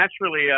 naturally